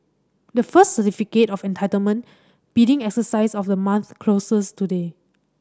the first Certificate of Entitlement bidding exercise of the month closes today